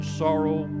sorrow